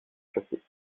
chasser